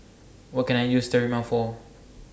What Can I use Sterimar For